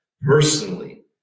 personally